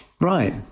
Right